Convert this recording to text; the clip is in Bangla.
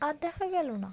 আর দেখা গেল না